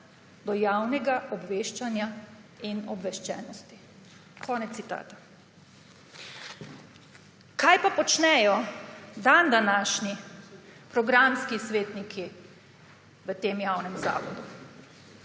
do javnega obveščanja in obveščenosti.« Konec citata. Kaj pa počnejo dandanašnji programski svetniki v tem javnem zavodu?